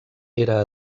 era